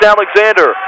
Alexander